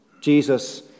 Jesus